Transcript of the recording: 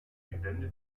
gelände